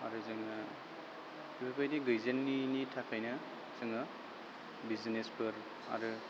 आरो जोङो बेफोरबायदि गैजेनैनि थाखायनो जोङो बिजिनेसफोर आरो